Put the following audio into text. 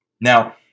Now